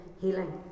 healing